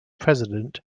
president